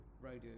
radio